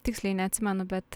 tiksliai neatsimenu bet